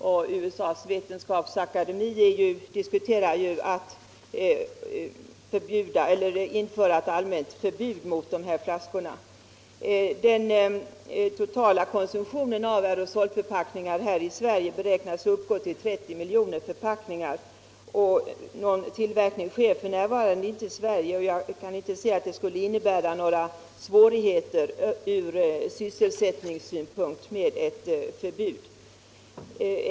Och i USA:s vetenskapsakademi diskuterar man nu också att införa ett allmänt förbud mot dessa spravflaskor. | Den totala försäljningen av aerosolförpackningar i Sverige beräknas uppgå till 30 miljoner förpackningar per år, men någon tillverkning sker inte här i landet f.n. Jag kan därför inte se att det från svsselsättningssynpunkt skulle innebära några olägenheter att införa ett förbud.